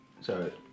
Sorry